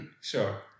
Sure